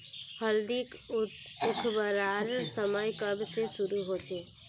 हल्दी उखरवार समय कब से शुरू होचए?